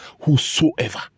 whosoever